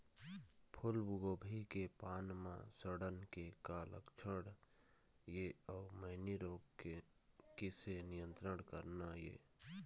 फूलगोभी के पान म सड़न के का लक्षण ये अऊ मैनी रोग के किसे नियंत्रण करना ये?